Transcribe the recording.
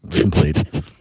Complete